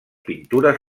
pintures